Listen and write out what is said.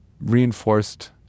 reinforced